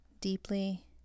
deeply